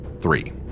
three